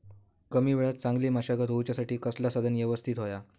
कमी वेळात चांगली मशागत होऊच्यासाठी कसला साधन यवस्तित होया?